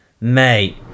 Mate